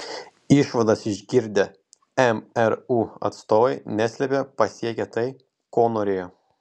išvadas išgirdę mru atstovai neslėpė pasiekę tai ko norėjo